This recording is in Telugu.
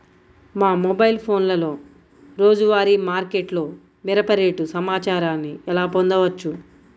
మా మొబైల్ ఫోన్లలో రోజువారీ మార్కెట్లో మిరప రేటు సమాచారాన్ని ఎలా పొందవచ్చు?